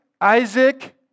Isaac